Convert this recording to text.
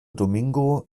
domingo